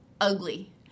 ugly